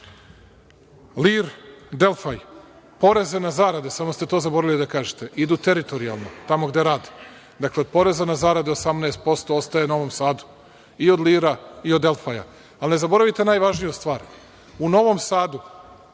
i „Dejfaj“ poreze na zarade, samo ste to zaboravili da kažete, idu teritorijalno, tamo gde rade. Od poreza na zarade 18% ostaje Novom Sadu i od „Lira“ i od „Dejfaja“. Ali, ne zaboravite najvažniju stvar, u Novom Sadu